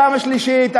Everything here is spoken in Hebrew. הפעם השלישית,